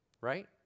right